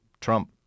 Trump